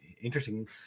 interesting